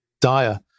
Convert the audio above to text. dire